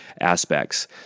aspects